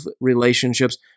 relationships